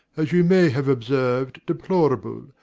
as you may have observed, deplorable,